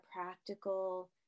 practical